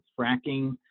fracking